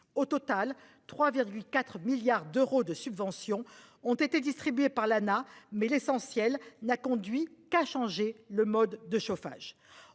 au total 3 4 milliards d'euros de subventions ont été distribuées par l'Anah, mais l'essentiel n'a conduit qu'à changer le mode de chauffage,